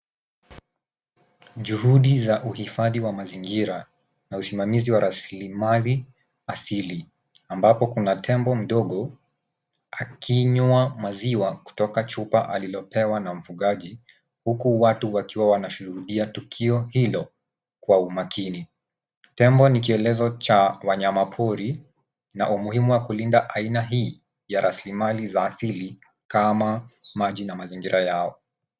Juhudi za uhifadhi wa mazingira na usimamizi wa raslimali asili. Ambapo kuna tembo mdogo akinywa maziwa kutoka chupa alilopewa na mfugaji. Huku watu wakiwa wanashuhudia tukio hilo kwa umakini. Tembo ni kielezo cha wanyamapori na umuhimu wa kulinda aina hii ya raslimali za asili, kama maji na mazingira yao.